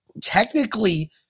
technically